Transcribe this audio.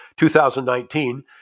2019